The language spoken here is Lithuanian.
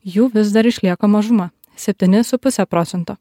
jų vis dar išlieka mažuma septyni su puse procento